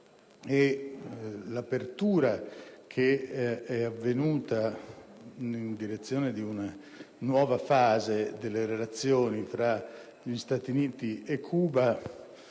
l'apertura che è avvenuta in direzione di una nuova fase delle relazioni tra gli Stati Uniti e Cuba